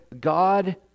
God